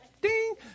Ding